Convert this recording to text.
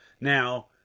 Now